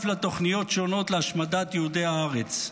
לתוכניות שונות להשמדת יהודי הארץ.